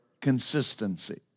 consistency